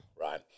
Right